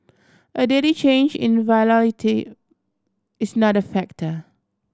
a daily change in volatility is not factor